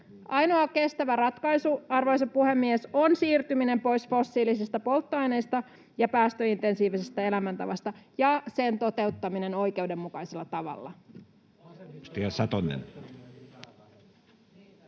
Ainoa kestävä ratkaisu, arvoisa puhemies, on siirtyminen pois fossiilisista polttoaineista ja päästöintensiivisestä elämäntavasta ja sen toteuttaminen oikeudenmukaisella tavalla.